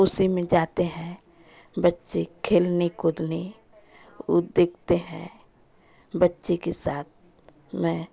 उसी में जाते हैं बच्चे खेलने कूदने ऊ देखते हैं बच्चे के साथ में